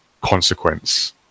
consequence